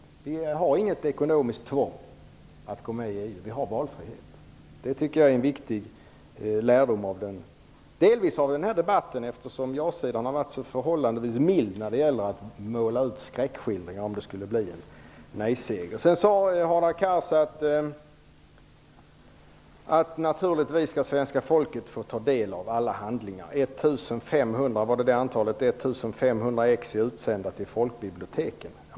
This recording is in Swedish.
Det finns inte något ekonomiskt tvång att gå med i EU, utan det är valfrihet. Det är en viktig lärdom som man kan dra delvis av den här debatten, eftersom ja-sidan har varit förhållandevis mild när det gäl1er skräckskildringar av hur det skulle bli om det blir en nej-seger. Hadar Cars sade att svenska folket naturligtvis skall få ta del av alla handlingar. 1 500 exemplar är utsända till folkbiblioteken.